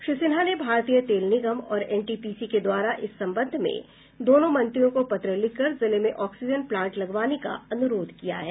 श्री सिन्हा ने भारतीय तेल निगम और एनटीपीसी के द्वारा इस संबंध में दोनों मंत्रियों को पत्र लिखकर जिले में ऑक्सीजन प्लांट लगवाने का अनुरोध किया है